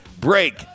break